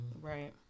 Right